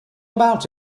about